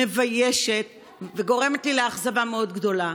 מביישת וגורמת לי לאכזבה מאוד גדולה.